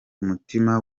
umutima